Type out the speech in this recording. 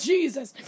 Jesus